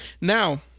Now